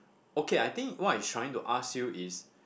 okay I think what it's trying to ask you is